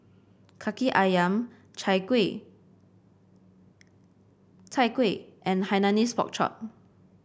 Kaki ayam Chai Kuih Chai Kuih and Hainanese Pork Chop